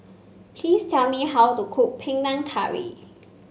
please tell me how to cook Panang Curry